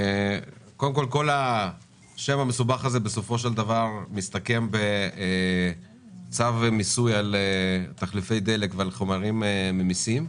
כל השם המסובך הזה מסתכם בצו מיסוי על תחליפי דלק ועל חומרים ממיסים.